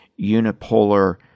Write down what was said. unipolar